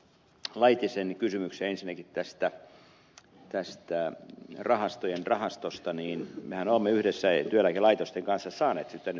laitisen kysymykseen ensinnäkin tästä rahastojen rahastosta niin mehän olemme yhdessä työeläkelaitosten kanssa saaneet sitten sen nyt aikaiseksi